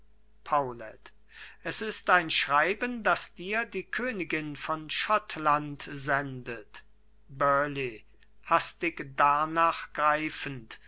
es ist ein schreiben das dir die königin von schottland sendet burleigh hastig darnach greifend